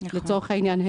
לצורך העניין,